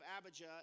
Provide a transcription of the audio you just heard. Abijah